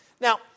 Now